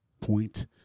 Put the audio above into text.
point